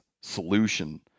solution